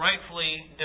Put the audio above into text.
rightfully